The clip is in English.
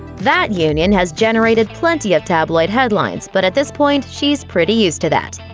that union has generated plenty of tabloid headlines, but at this point, she's pretty used to that.